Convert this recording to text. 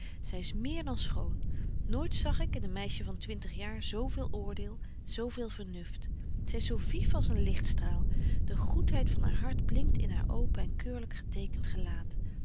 zy is meer dan schoon nooit zag ik in een meisje van twintig jaar zo veel oordeel zo veel vernuft zy is zo vif als een lichtstraal de goedheid van haar hart blinkt in haar open en keurlyk getekent gelaat